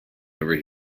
over